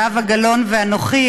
זהבה גלאון ואנוכי,